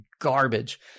garbage